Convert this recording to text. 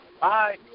Bye